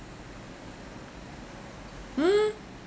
mm